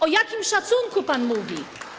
O jakim szacunku pan mówi?